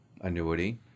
annuity